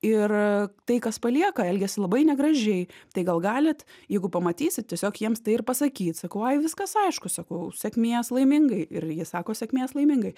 ir tai kas palieka elgiasi labai negražiai tai gal galit jeigu pamatysit tiesiog jiems tai ir pasakyt sakau ai viskas aišku sakau sėkmės laimingai ir ji sako sėkmės laimingai